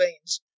veins